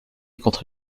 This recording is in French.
contre